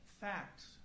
facts